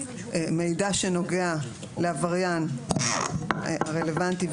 מידע שנוגע לעבריין הרלוונטי,